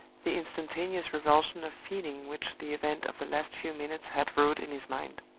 the instantaneous revulsion of feeling which the event of the last few minutes had wrought in his mind.